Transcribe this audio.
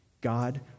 God